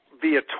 via